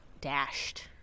dashed